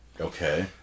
Okay